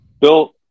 Bill